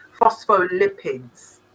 phospholipids